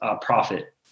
profit